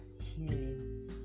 healing